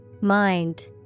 Mind